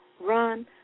run